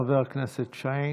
חבר הכנסת שיין.